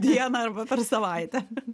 dieną arba per savaitę